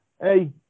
hey